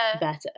better